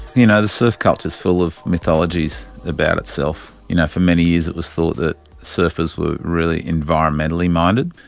you know, the surf culture is full of mythologies about itself. you know for many years it was thought that surfers were really environmentally minded,